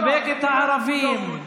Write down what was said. יהיה "אבו דאוד".